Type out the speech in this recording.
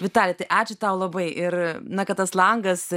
vitali tai ačiū tau labai ir na kad tas langas